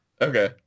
Okay